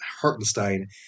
Hartenstein